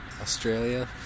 Australia